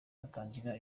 hatangira